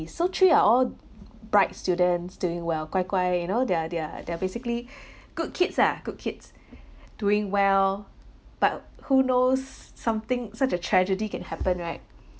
so three are all bright students doing well 乖乖 you know they are they are they are basically good kids ah good kids doing well but who knows something such a tragedy can happen right